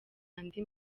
andi